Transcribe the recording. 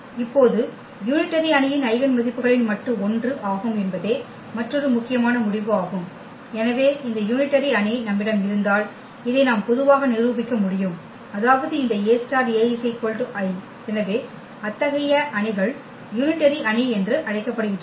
இப்போது யூனிடரி அணியின் ஐகென் மதிப்புகளின் மட்டு ஒன்று ஆகும் என்பதே மற்றொரு முக்கியமான முடிவு ஆகும் எனவே இந்த யூனிடரி அணி நம்மிடம் இருந்தால் இதை நாம் பொதுவாக நிரூபிக்க முடியும் அதாவது இந்த A∗A I எனவே அத்தகைய அணிகள் யூனிட்டரி அணி என்று அழைக்கப்படுகின்றன